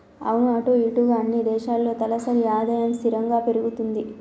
అవును అటు ఇటుగా అన్ని దేశాల్లో తలసరి ఆదాయం స్థిరంగా పెరుగుతుంది